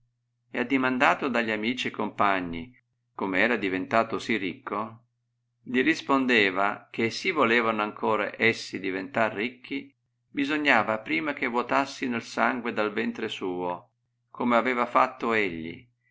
e addiaiandato da gli amici e compagni come era diventato sì ricco gli rispondeva che si volevano an or essi diventar ricchi bisognava prima che vuotassino il sangue dal ventre suo come aveva fatto egli